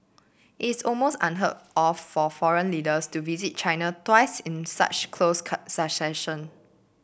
it is almost unheard of for foreign leaders to visit China twice in such close succession